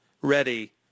ready